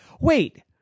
Wait